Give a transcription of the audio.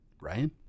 Ryan